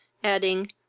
adding,